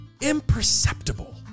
imperceptible